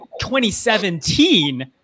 2017